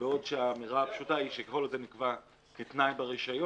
בעוד שהאמירה הפשוטה היא שכל עוד זה נקבע כתנאי ברישיון,